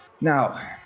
Now